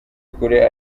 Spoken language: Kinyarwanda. kure